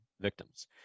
victims